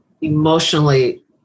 Emotionally